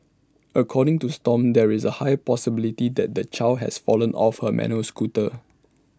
according to stomp there is A high possibility that the child has fallen off her manual scooter